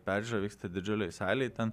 peržiūra vyksta didžiulėj salėj ten